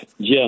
Jim